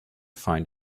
find